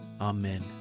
Amen